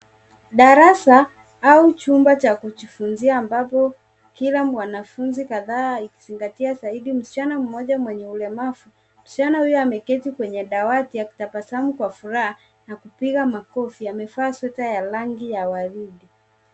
Darasa au chumba cha kujifunzia ambapo Kila mwanafunzi kadhaa ikizingatia msichana mmoja mwenye ulemavu . Msichana huyo ameketi kwenye dawati akitabasamu kwa furaha na kupiga makofi. Amevaa sweta ya rangi ya waridi.